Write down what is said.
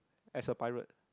as a pirate